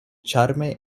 ĉarme